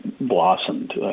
blossomed